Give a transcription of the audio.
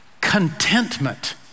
contentment